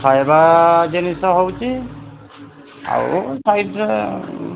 ଖାଇବା ଜିନିଷ ହେଉଛି ଆଉ ଏ ସାଇଟ୍ରେ